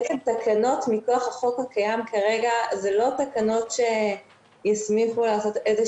תקנות מכח החוק הקיים כרגע זה לא תקנות שיסמיכו לעשות איזו